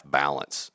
balance